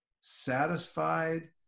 satisfied